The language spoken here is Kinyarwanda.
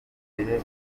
gihe